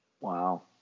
Wow